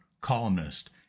columnist